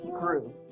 grew